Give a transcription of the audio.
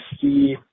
see